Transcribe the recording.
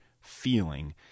feeling